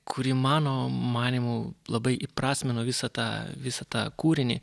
kuri mano manymu labai įprasmino visą tą visą tą kūrinį